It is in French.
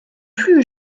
plus